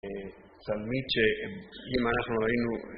תלמיד ש... אם אנחנו ראינו